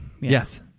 yes